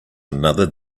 another